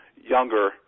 younger